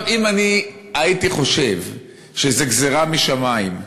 אם אני הייתי חושב שזאת גזירה משמים,